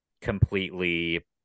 completely